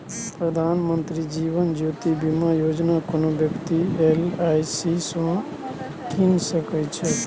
प्रधानमंत्री जीबन ज्योती बीमा योजना कोनो बेकती एल.आइ.सी सँ कीन सकै छै